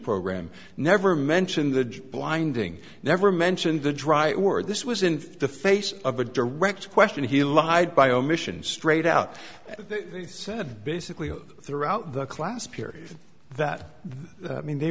program never mentioned the blinding never mentioned the dry or this was in the face of a direct question he lied by omission straight out said basically throughout the class period that mean they